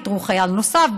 איתרו חייל נוסף,